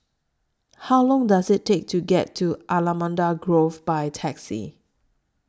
How Long Does IT Take to get to Allamanda Grove By Taxi